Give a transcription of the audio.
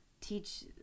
teach